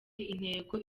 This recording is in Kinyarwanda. intego